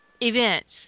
Events